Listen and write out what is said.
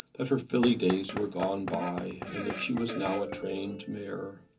that her filly days were gone by, and that she was now a trained mare.